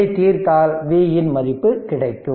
இதைத் தீர்த்தால் V இன் மதிப்பு கிடைக்கும்